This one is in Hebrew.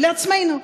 לעצמנו,